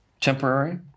temporary